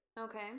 Okay